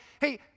hey